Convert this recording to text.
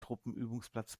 truppenübungsplatz